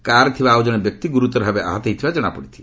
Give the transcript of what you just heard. କାର୍ରେ ଥିବା ଆଉଜଣେ ବ୍ୟକ୍ତି ଗୁରୁତର ଭାବେ ଆହତ ହୋଇଥିବା ଜଣାପଡ଼ିଛି